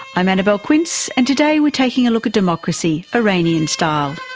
i'm annabelle quince and today we're taking a look at democracy iranian style.